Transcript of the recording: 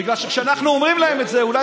בגלל שכשאנחנו אומרים להם את זה אולי